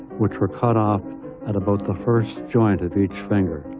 which were cut off at about the first joint of each finger.